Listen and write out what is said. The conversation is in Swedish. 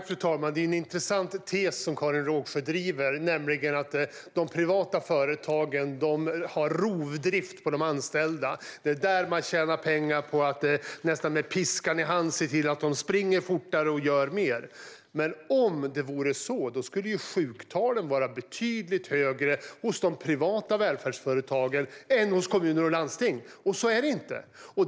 Fru talman! Det är en intressant tes som Karin Rågsjö driver, nämligen att de privata företagen bedriver rovdrift på de anställda, att de tjänar pengar på att nästan med piskan i hand se till att personalen springer fortare och gör mer. Men om det vore så skulle ju sjuktalen vara betydligt högre hos de privata välfärdsföretagen än hos kommuner och landsting, men så är det inte.